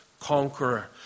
conqueror